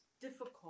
difficult